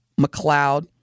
McLeod